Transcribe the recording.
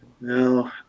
No